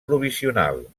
provisional